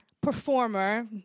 performer